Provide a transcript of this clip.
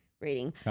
rating